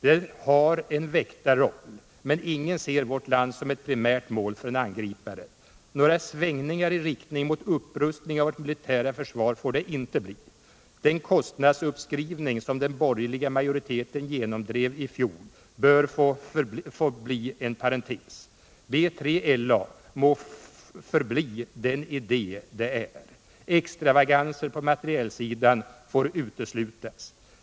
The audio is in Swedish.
Det har en väktarroll, men ingen ser vårt land som ett primärt mål för angripare. Några svängningari riktning mot upprustning av vårt militära försvar får det inte bli. Den kostnadsuppskrivning som den borgerliga majoriteten genomdrev i fjol bör få bli en parentes. BILA må förbli den idé det är. Extravaganser på materielsidan får uteslutas.